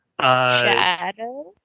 shadows